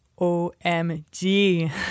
OMG